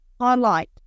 highlight